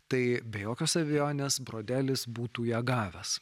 tai be jokios abejonės brodelis būtų ją gavęs